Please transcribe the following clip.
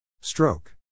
Stroke